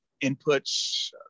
inputs